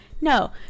No